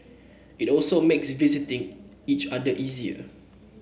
it also makes the visiting each other easier